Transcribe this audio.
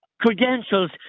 credentials